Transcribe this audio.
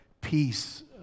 peace